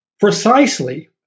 Precisely